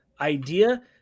idea